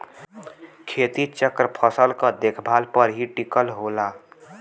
खेती चक्र फसल क देखभाल पर ही टिकल होला